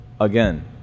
again